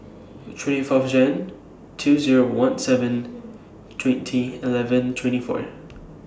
twenty Fourth Jan two Zero one seven twenty eleven twenty four